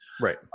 Right